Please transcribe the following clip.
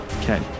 Okay